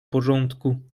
porządku